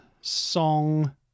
song